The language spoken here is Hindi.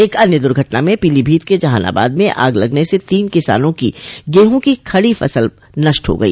एक अन्य दुर्घटना में पीलीभीत के जहानाबाद में आग लगने से तीन किसानों की गेहूं की खड़ी फसल नष्ट हो गई